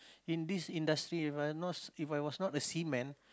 in this industry If I was not a seaman